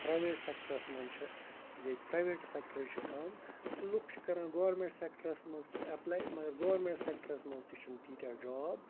private سٮ۪کٹَرَس منٛز چھِ ییٚتہِ پرٛیویٹ سٮ۪کٹرٕے چھِ کَم تہٕ لُکھ چھِ کَران گورمٮ۪نٹ سٮ۪کٹَرَس منٛز اٮ۪پلاے مَگر گورمنٹ سٮ۪کٹَرَس مَنٛز تہِ چھِنہٕ تیٖتیٛاہ جاب